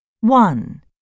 One